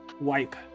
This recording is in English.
wipe